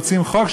רוצים חוק,